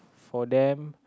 for them